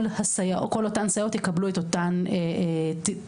כל אותן סייעות יקבלו את אותם תגמולים,